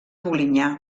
polinyà